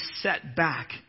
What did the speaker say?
setback